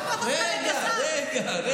גזענים?